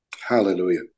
Hallelujah